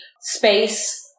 space